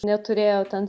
neturėjo ten